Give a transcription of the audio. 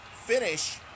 finish